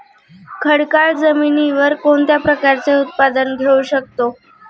खडकाळ जमिनीवर कोणत्या प्रकारचे उत्पादन घेऊ शकतो?